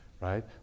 right